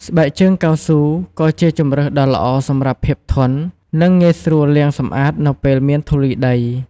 ស្បែកជើងកៅស៊ូ ក៏ជាជម្រើសដ៏ល្អសម្រាប់ភាពធន់ និងងាយស្រួលលាងសម្អាតនៅពេលមានធូលីដី។